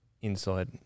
inside